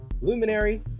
Luminary